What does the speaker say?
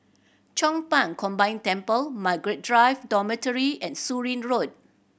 Chong Pang Combined Temple Margaret Drive Dormitory and Surin Road